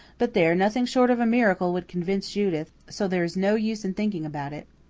but there, nothing short of a miracle would convince judith so there is no use in thinking about it.